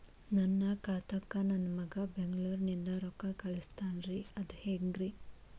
ನನ್ನ ಖಾತಾಕ್ಕ ನನ್ನ ಮಗಾ ಬೆಂಗಳೂರನಿಂದ ರೊಕ್ಕ ಕಳಸ್ತಾನ್ರಿ ಅದ ಹೆಂಗ್ರಿ?